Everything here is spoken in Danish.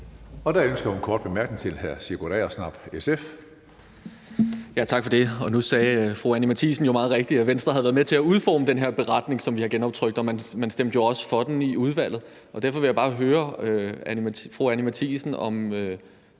Agersnap, SF. Kl. 14:37 Sigurd Agersnap (SF): Tak for det. Nu sagde fru Anni Matthiesen meget rigtigt, at Venstre havde været med til at udforme den her beretning, som vi har genoptrykt, og man stemte jo også for den i udvalget. Derfor vil jeg bare høre fru Anni Matthiesen, om